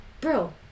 bro